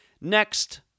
Next